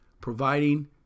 providing